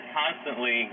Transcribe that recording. constantly